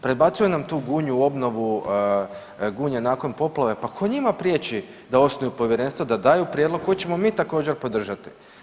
Prebacuje nam tu Gunju, obnovu Gunje nakon poplave, pa tko njima da osnuju povjerenstvo da daju prijedlog koji ćemo mi također podržati.